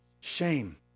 shame